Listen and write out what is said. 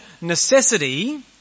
necessity